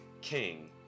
king